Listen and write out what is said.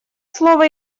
слово